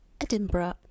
Edinburgh